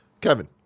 Kevin